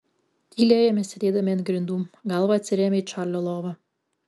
tylėjome sėdėdami ant grindų galva atsirėmę į čarlio lovą